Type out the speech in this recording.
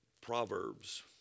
Proverbs